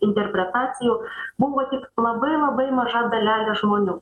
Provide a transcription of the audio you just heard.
interpretacijų buvo tik labai labai maža dalelė žmonių